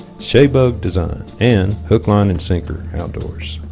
shaebug design and hook line and sinker outdoors